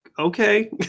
Okay